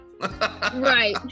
Right